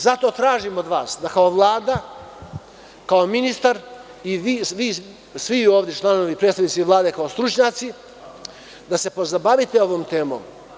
Zato tražim od vas da kao Vlada, kao ministar i svi članovi, predstavnici Vlade kao stručnjaci, da se pozabavite ovom temom.